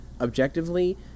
Objectively